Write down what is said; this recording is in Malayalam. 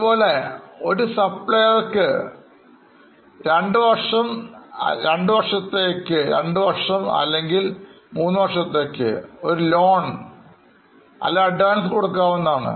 അതുപോലെ ഒരു Supplier ക്കെ രണ്ടുവർഷം അല്ലെങ്കിൽ ഇൽ മൂന്നുവർഷത്തേക്ക് ഒരു ലോൺ അല്ലെങ്കിൽ അഡ്വാൻസ് കൊടുക്കാവുന്നതാണ്